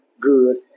good